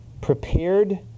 prepared